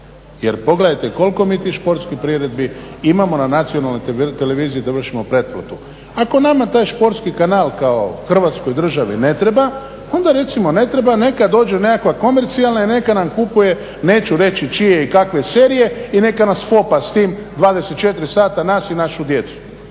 Jer pogledajte koliko mi tih športskih priredbi imamo na nacionalnoj televiziji da vršimo pretplatu. Ako nama taj športski kanal kao Hrvatskoj državi ne treba, onda recimo ne treba neka dođe nekakva komercijalna i neka nam kupuje neću reći čije i kakve serije i neka nas …/Govornik se ne razumije./…